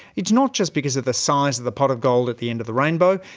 it's not just because of the size of the pot of gold at the end of the rainbow,